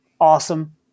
awesome